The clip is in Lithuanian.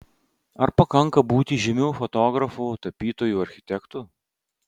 ar pakanka būti žymiu fotografu tapytoju architektu